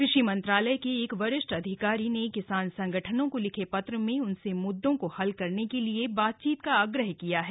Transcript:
कृषि मंत्रालय के एक वरिष्ठ अधिकारी ने किसान संगठनों को लिखे पत्र में उऩसे मुददों को हल करने के लिए बातचीत का आग्रह किया है